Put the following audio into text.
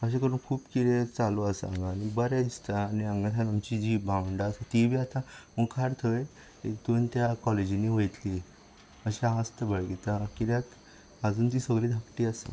अशें करून खूब कितें चालू आसा हांगां आनी बरें दिसता हांगासर जी आमची भावडां आसा ती बी मुखार थंय हेतून त्या कॉलेजीन वयतली अशें आस्त बाळगितां कित्याक अजून ती सगळी धाकटी आसा